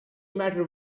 matter